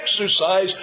exercise